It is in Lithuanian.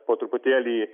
po truputėlį